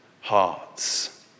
hearts